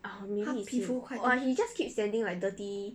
他皮肤 quite tan